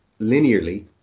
linearly